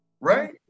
Right